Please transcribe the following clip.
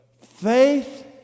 Faith